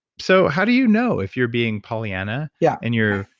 so, how do you know if you're being pollyanna yeah and you're,